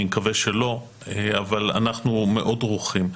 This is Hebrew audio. אני מקווה שלא, אבל אנחנו מאוד דרוכים.